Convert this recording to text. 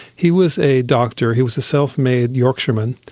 he was a doctor, he was a self-made yorkshireman.